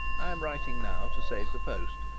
i am writing now to save the post,